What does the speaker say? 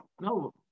no